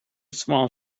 small